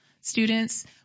students